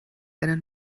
einen